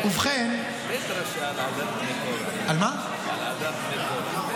ובכן --- תן דרשה על עדת בני קרח.